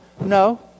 no